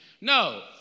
No